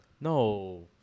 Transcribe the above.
No